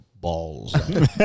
balls